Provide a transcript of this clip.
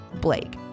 Blake